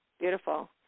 beautiful